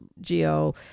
Geo